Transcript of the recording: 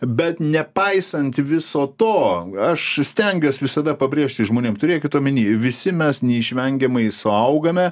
bet nepaisant viso to aš stengiuos visada pabrėžti žmonėm turėkit omeny visi mes neišvengiamai suaugame